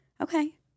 Okay